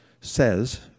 says